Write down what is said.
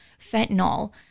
fentanyl